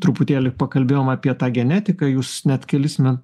truputėlį pakalbėjom apie tą genetiką jūs net kelis men